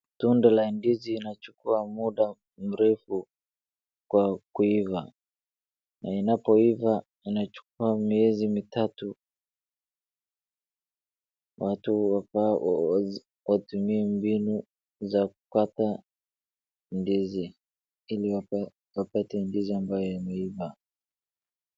Tunda la ndizi inachukua muda mrefu kwa kuiva, na inapoiva inachukua miezi mitatu. Watu wafaa watumie mbinu ya kukata ndizi, ili wapate ndizi ambayo imeiva.